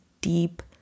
deep